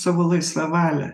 savo laisvą valią